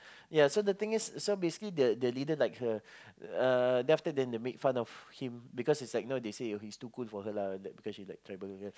ya so the thing is so basically the the leader like her uh then after that they make fun of him because it's like you know they say he's too good for her lah because she's like tribal girl